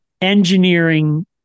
engineering